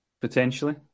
potentially